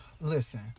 listen